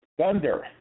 Thunder